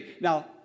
Now